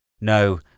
no—